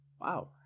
Wow